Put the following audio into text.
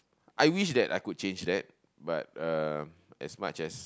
I wish that I could change that but uh as much as